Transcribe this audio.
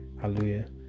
hallelujah